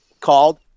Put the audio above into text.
called